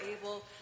able